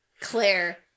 Claire